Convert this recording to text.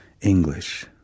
English